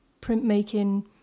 printmaking